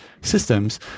systems